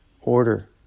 order